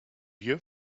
you